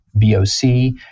VOC